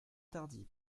tardy